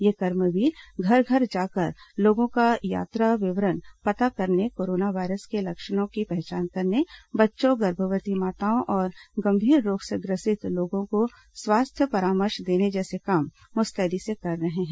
ये कर्मवीर घर घर जाकर लोगों का यात्रा विवरण पता करने कोरोना वायरस के लक्षणों की पहचान करने बच्चों गर्भवती माताओं और गंभीर रोग से ग्रसित लोगों को स्वास्थ्य परामर्श देने जैसे काम मुस्तैदी से कर रहे हैं